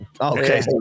Okay